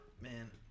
Man